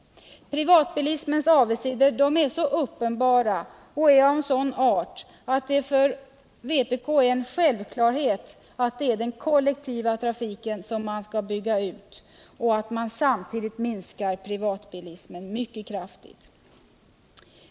Privatbilismens avigsidor är så uppenbara och av en sådan art att det för vpk är en självklarhet att det är den kollektiva trafiken som skall byggas ut och att man samtidigt måste minska privatbilismens mycket kraftigt.